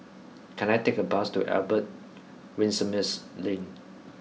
can I take a bus to Albert Winsemius Lane